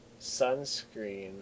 sunscreen